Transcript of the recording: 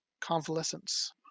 convalescence